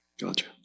Gotcha